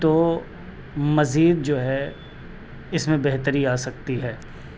تو مزید جو ہے اس میں بہتری آ سکتی ہے